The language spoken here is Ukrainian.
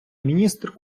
міністр